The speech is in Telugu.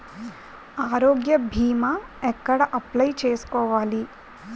ఆరోగ్య భీమా ఎక్కడ అప్లయ్ చేసుకోవాలి?